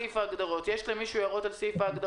הכללי דיווח על יישום החוק